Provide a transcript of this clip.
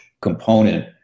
component